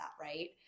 right